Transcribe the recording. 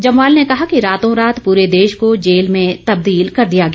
जम्वाल ने कहा कि रातो रात पूरे देश को जेल में तबदील कर दिया गया